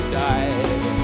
die